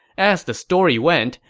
as the story went,